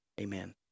Amen